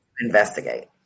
Investigate